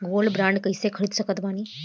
Gold bond कईसे खरीद सकत बानी?